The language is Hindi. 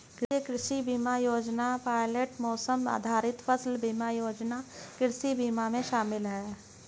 राष्ट्रीय कृषि बीमा योजना पायलट मौसम आधारित फसल बीमा योजना कृषि बीमा में शामिल है